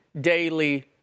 daily